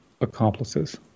accomplices